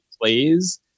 plays